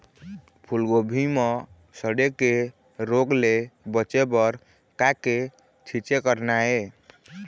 फूलगोभी म सड़े के रोग ले बचे बर का के छींचे करना ये?